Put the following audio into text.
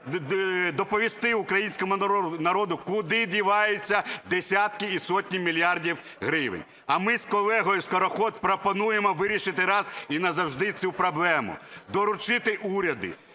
доповісти українському народу, куди діваються десятки і сотні мільярдів гривень. А ми з колегою Скороход пропонуємо вирішити раз і назавжди цю проблему, доручити уряду